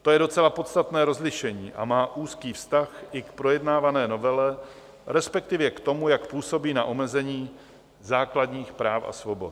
To je docela podstatné rozlišení a má úzký vztah i k projednávané novele, respektive k tomu, jak působí na omezení základních práv a svobod.